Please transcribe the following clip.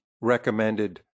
recommended